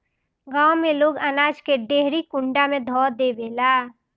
गांव में लोग अनाज के देहरी कुंडा में ध देवेला